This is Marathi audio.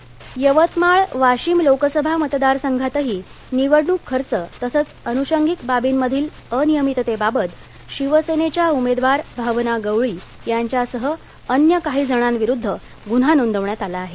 गन्हा नोंद यवतमाळ यवतमाळ वाशिम लोकसभा मतदार संघातही निवडणूक खर्च तसंच अनुषंगिक बाबींमधील अनियमिततेबाबत शिवसेनेच्या उमेदवार भावना गवळी यांच्यासह अन्य काही जणांविरुद्ध गुन्हा नोंदवण्यात आला आहे